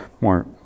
more